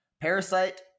Parasite